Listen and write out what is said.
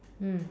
mm